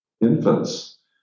infants